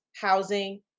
housing